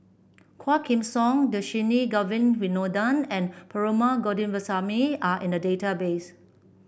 Quah Kim Song Dhershini Govin Winodan and Perumal Govindaswamy Are in the database